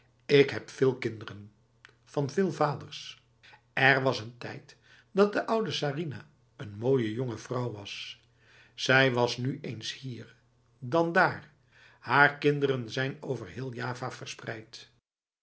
ik heb veel kinderen van veel vaders er was een tijd dat de oude sarinah een mooie jonge vrouw was zij was nu eens hier dan daar haar kinderen zijn over heel java verspreid